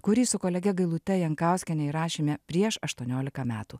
kurį su kolege gailute jankauskiene įrašėme prieš aštuoniolika metų